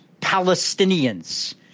Palestinians